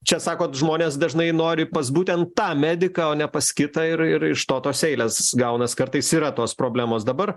čia sakot žmonės dažnai nori pas būtent tą mediką o ne pas kitą ir ir iš to tos eilės gaunas kartais yra tos problemos dabar